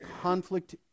conflict